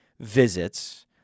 visits